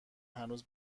هنوز